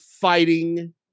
fighting